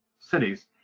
cities